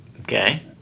Okay